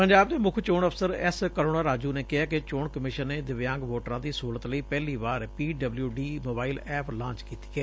ਪੰਜਾਬ ਦੇ ਮੁੱਖ ਚੋਣ ਅਫਸਰ ਐਸ ਕਰੁਣਾ ਰਾਜੂ ਨੇ ਕਿਹੈ ਕਿ ਚੋਣ ਕਮਿਸ਼ਨ ਨੇ ਦਿਵਿਆਂਗ ਵੋਟਰਾਂ ਦੀ ਸਹੁਲਤ ਲਈ ਪਹਿਲੀ ਵਾਰ P W D mobile app launch ਕੀਤੀ ਏ